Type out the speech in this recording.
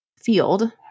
field